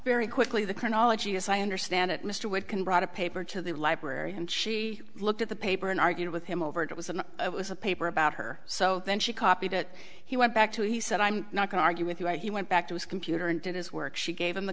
very quickly the chronology as i understand it mr wood can brought a paper to the library and she looked at the paper and argued with him over it was and it was a paper about her so then she copied it he went back to he said i'm not going argue with you he went back to his computer and did his work she gave him the